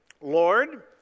Lord